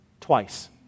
twice